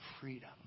freedom